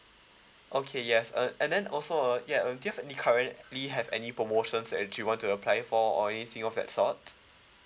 okay yes uh and then also uh yeah um do you have any currently have any promotions that you want to apply for or anything of that sort